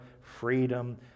freedom